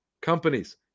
Companies